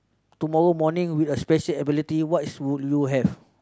tomorrow morning with a special ability what should you have